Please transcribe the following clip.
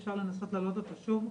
אפשר לנסות להעלות אותו שוב.